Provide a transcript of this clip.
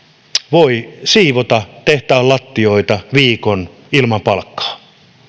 voi siivota tehtaan lattioita viikon ilman palkkaa